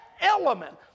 element